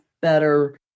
better